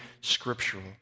scriptural